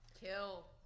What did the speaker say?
Kill